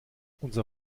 unser